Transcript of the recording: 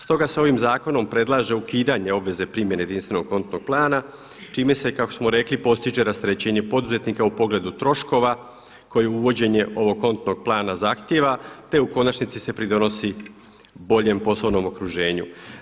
Stoga se ovim zakonom predlaže ukidanje obveze primjene jedinstvenog kontnog plana čime se kako smo rekli postiže rasterećenje poduzetnika u pogledu troškova kao i uvođenje ovog kontnog plana zahtjeva te u konačnici se pridonosi boljem poslovnom okruženju.